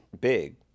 big